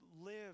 live